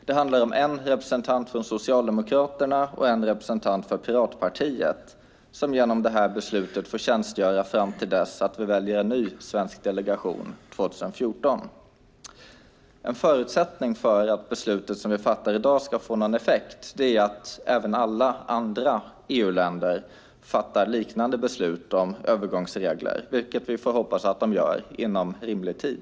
Det handlar om en representant för Socialdemokraterna och en representant för Piratpartiet som genom det här beslutet får tjänstgöra fram till dess att vi väljer en ny svensk delegation 2014. En förutsättning för att beslutet som vi fattar i dag ska få någon effekt är att även alla andra EU-länder fattar liknande beslut om övergångsregler, vilket vi får hoppas att de gör inom rimlig tid.